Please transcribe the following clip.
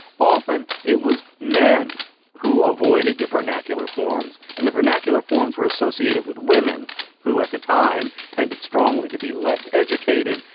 often it was men who avoided the vernacular forms. and the vernacular forms were associated with women who at the time tended strongly to be less educated,